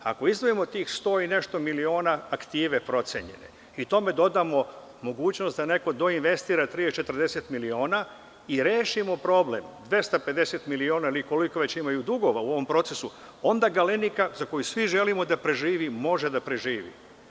Ako izdvojimo tih 100 i nešto miliona procenjene aktive i tome dodamo mogućnost da neko investira 30-40 miliona, rešimo problem 250 miliona, koliko već imaju dugova u ovom procesu, onda „Galenika“ za koju svi želimo da preživi, može da preživi.